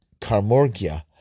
Carmorgia